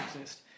exist